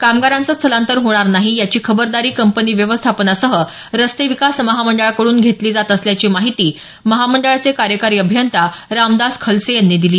कामगारांचं स्थलांतर होणार नाही याची खबरदारी कंपनी व्यवस्थापनासह रस्ते विकास महामंडळाकडून घेतली जात असल्याची माहिती महामंडळाचे कार्यकारी अभियंता रामदास खलसे यांनी दिली